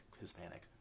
Hispanic